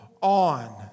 On